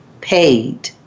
paid